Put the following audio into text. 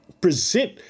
present